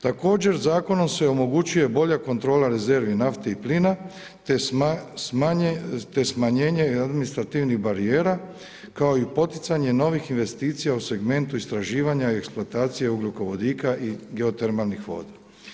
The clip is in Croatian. Također zakonom se omogućuje bolja kontrola rezervi nafte i plina, te smanjenje administrativnih barijera kao i poticanje novih investicija u segmentu istraživanja i eksploatacije ugljikovodika i geotermalnih voda.